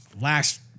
last